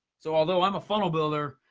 so although i'm a funnel builder,